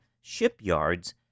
shipyards